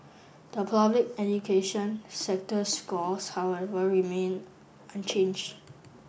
the public education sector's scores however remained unchanged